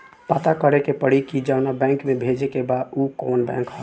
पता करे के पड़ी कि जवना बैंक में भेजे के बा उ कवन बैंक ह